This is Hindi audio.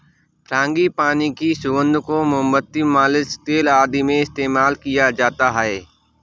फ्रांगीपानी की सुगंध को मोमबत्ती, मालिश तेल आदि में इस्तेमाल किया जाता है